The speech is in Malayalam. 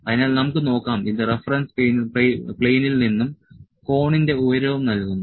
അതിനാൽ നമുക്ക് നോക്കാം ഇത് റഫറൻസ് പ്ലെയിനിൽ നിന്നും കോണിന്റെ ഉയരവും നൽകുന്നു